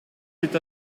est